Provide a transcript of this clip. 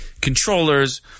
controllers